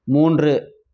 மூன்று